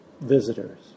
visitors